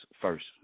first